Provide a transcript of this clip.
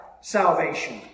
salvation